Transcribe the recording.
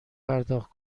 پرداخت